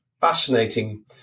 fascinating